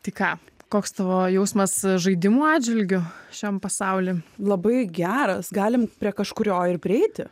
tik ką koks tavo jausmas žaidimų atžvilgiu šiam pasauly labai geras galim prie kažkurio ir prieiti